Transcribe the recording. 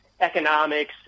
economics